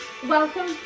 Welcome